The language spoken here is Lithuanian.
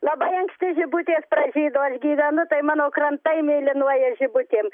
labai anksti žibutės pražydo aš gyvenu tai mano krantai mėlynuoja žibutėm